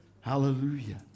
Hallelujah